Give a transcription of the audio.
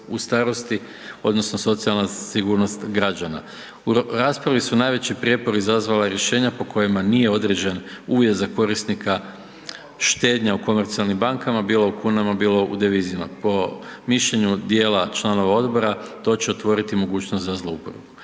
U raspravi su najveći prijepori izazvala rješenja po kojima nije određen uvjet za korisnika štednje u komercijalnim bankama bilo u kunama bilo u devizama. Po mišljenju djela članova odbora, to će otvoriti mogućnost za zlouporabu.